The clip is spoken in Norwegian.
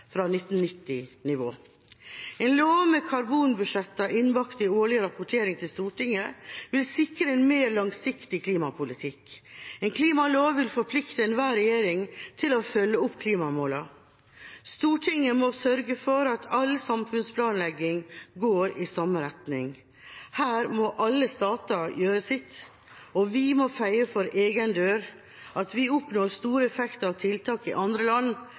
fra 1990-nivå. En lov med karbonbudsjetter innbakt i årlig rapportering til Stortinget vil sikre en mer langsiktig klimapolitikk. En klimalov vil forplikte enhver regjering til å følge opp klimamålene. Stortinget må sørge for at all samfunnsplanlegging går i samme retning. Her må alle stater gjøre sitt, og vi må feie for egen dør. At vi oppnår store effekter av tiltak i andre land,